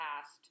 past